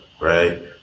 right